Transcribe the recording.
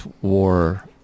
war